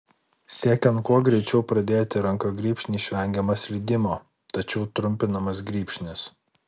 siekiant kuo greičiau pradėti ranka grybšnį išvengiama slydimo tačiau trumpinamas grybšnis